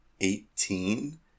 Eighteen